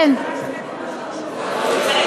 השרה שקד,